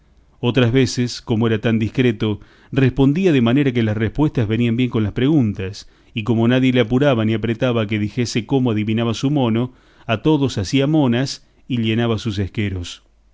otras veces como era tan discreto respondía de manera que las respuestas venían bien con las preguntas y como nadie le apuraba ni apretaba a que dijese cómo adevinaba su mono a todos hacía monas y llenaba sus esqueros